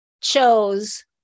chose